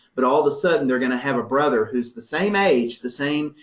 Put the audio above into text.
but all of a sudden, they're going to have a brother who's the same age, the same,